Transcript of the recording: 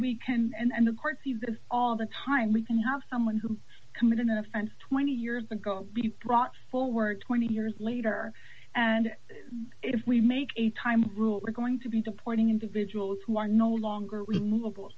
can and the courts see this all the time we can have someone who committed an offense twenty years ago be brought forward twenty years later and if we make a time rule we're going to be deporting individuals who are no longer removable